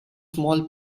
small